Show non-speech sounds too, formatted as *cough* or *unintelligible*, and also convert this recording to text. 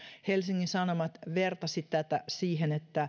helsingin sanomat vertasi tätä siihen että *unintelligible*